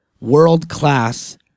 world-class